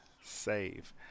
save